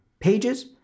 pages